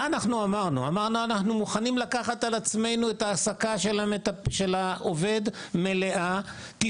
אנחנו אמרנו שאנחנו מוכנים לקחת על עצמנו את ההעסקה המלאה של העובד,